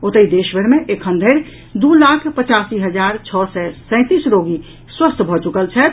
ओतहि देशभरि मे एखनधरि दू लाख पचासी हजार छओ सय सैंतीस रोगी स्वस्थ भऽ चुकल छथि